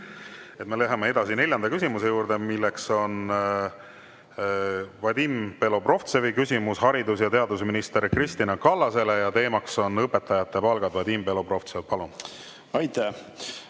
Me läheme edasi neljanda küsimuse juurde. See on Vadim Belobrovtsevi küsimus haridus‑ ja teadusminister Kristina Kallasele ja teema on õpetajate palgad. Vadim Belobrovtsev, palun!